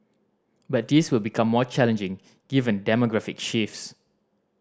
but this will become more challenging given demographic shifts